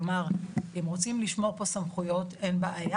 כלומר, אם רוצים לשמור פה סמכויות, אין בעיה.